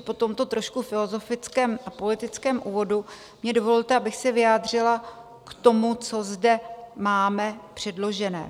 Po tomto trošku filozofickém a politickém úvodu mně dovolte, abych se vyjádřila k tomu, co zde máme předložené.